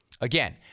again